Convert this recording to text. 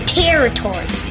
territory